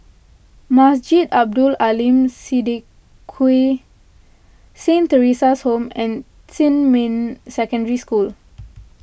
Masjid Abdul Aleem Siddique Saint theresa's Home and Xinmin Secondary School